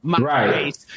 Right